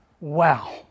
Wow